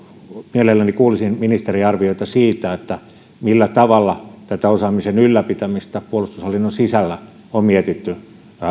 mielelläni kuulisin ministerin arvioita siitä millä tavalla tätä osaamisen ylläpitämistä puolustushallinnon sisällä on mietitty